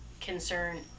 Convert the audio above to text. concern